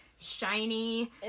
shiny